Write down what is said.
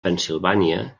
pennsilvània